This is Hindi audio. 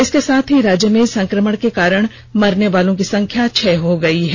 इसके साथ ही राज्य में संक्रमण के कारण मरने वालों की संख्या छह हो गई है